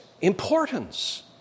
importance